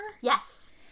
yes